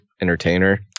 entertainer